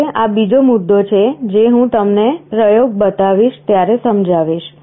હવે આ બીજો મુદ્દો છે જે હું તમને પ્રોગ્રામ બતાવીશ ત્યારે સમજાવીશ